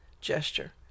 gesture